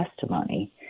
testimony